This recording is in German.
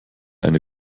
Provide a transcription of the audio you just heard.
eine